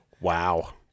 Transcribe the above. Wow